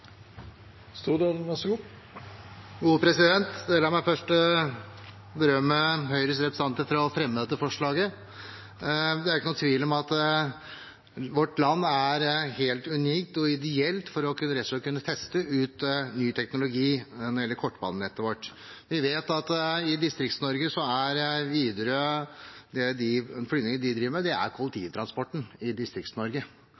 La meg først berømme Høyres representanter for å fremme dette forslaget. Det er ikke noen tvil om at vårt land er helt unikt og ideelt for å kunne teste ut ny teknologi når det gjelder kortbanenettet vårt. De flygningene Widerøe driver med, er kollektivtransporten i Distrikts-Norge – på lik linje med at man i storbyene kjører buss, trikk og tog. Hvis det er